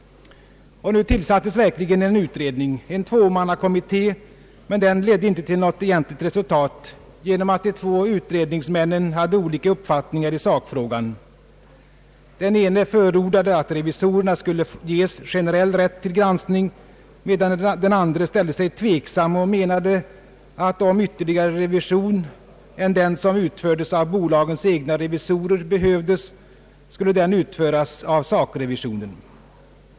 Nu tillsattes verkligen en utredning, en tvåmannakommitté, men den ledde inte till något egentligt resutat genom att de två utredningsmännen hade olika uppfattningar i sakfrågan. Den ene förordade att revisorerna skulle ges generell rätt till granskning, medan den andre ställde sig tveksam och menade, att om ytterligare revision än den som utfördes av bolagens egna revisorer behövdes, borde den utföras av sakrevisionen.